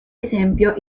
esempio